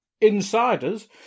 insiders